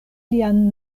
lian